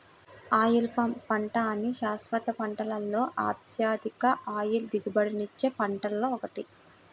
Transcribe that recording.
oil palm పంట అన్ని శాశ్వత పంటలలో అత్యధిక ఆయిల్ దిగుబడినిచ్చే పంటలలో ఒకటి